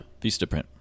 Vistaprint